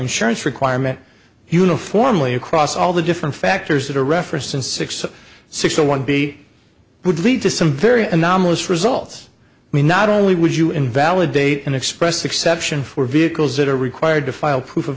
insurance requirement uniformly across all the different factors that are referenced in sixty six to one b would lead to some very anomalous results we not only would you invalidate an express exception for vehicles that are required to file proof of